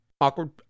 Awkward